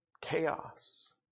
Chaos